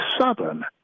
Southern